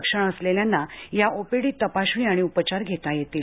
लक्षणं असलेल्यांना या ओपीडीत तपासणी आणि उपचार घेता येतील